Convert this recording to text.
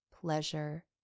pleasure